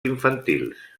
infantils